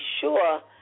sure